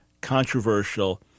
controversial